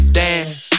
dance